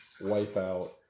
wipeout